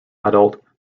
adult